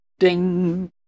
Ding